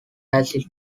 acid